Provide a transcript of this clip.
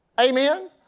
Amen